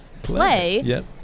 Play